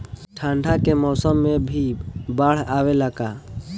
ठंडा के मौसम में भी बाढ़ आवेला का?